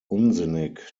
unsinnig